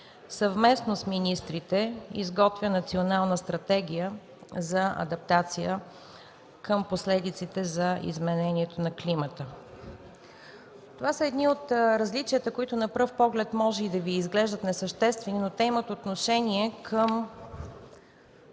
съвместно с министрите изготвя Национална стратегия за адаптация към последиците от изменението на климата. Това са различия, които на пръв поглед могат да Ви изглеждат несъществени, но те имат отношение към